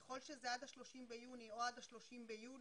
ככל שזה עד ה-30 ביוני או עד ה-30 ביולי,